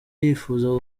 yifuza